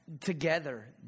together